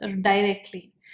directly